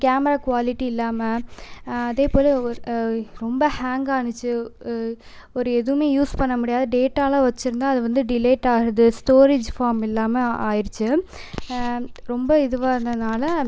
camera quality இல்லாமல் அதைப் போல் ரொம்ப ஹேங் ஆகிச்சு ஒரு எதுவுமே யூஸ் பண்ண முடியாத டேட்டாலாம் வச்சிருந்தால் அது வந்து டிலீட்டாகிறது ஸ்டோரேஜ் ஃபார்ம் இல்லாமல் ஆகிருச்சு ரொம்ப இதுவாருந்ததுனால்